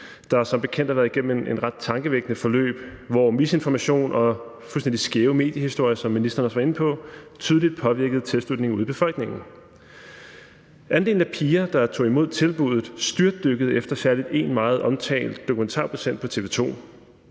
der som bekendt har været igennem et ret tankevækkende forløb, hvor misinformation og fuldstændig skæve mediehistorier, som ministeren også var inde på, tydeligt påvirkede tilslutningen ude i befolkningen. Andelen af piger, der tog imod tilbuddet, styrtdykkede efter særlig én meget omtalt dokumentarudsendelse på TV